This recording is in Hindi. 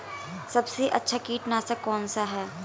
सबसे अच्छा कीटनाशक कौनसा है?